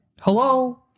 hello